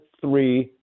three